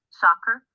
soccer